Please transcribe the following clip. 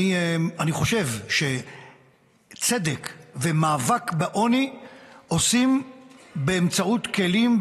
אני חושב שצדק ומאבק בעוני עושים באמצעות כלים,